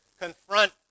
confront